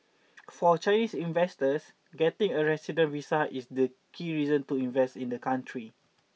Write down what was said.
for Chinese investors getting a resident visa is the key reason to invest in the country